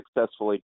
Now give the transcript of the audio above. successfully